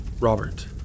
Robert